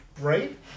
Right